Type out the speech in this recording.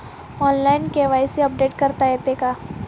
Online KYC update करता येते का?